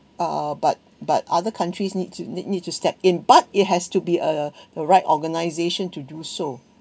uh but but other countries need to need need to step in but it has to be uh a right organization to do so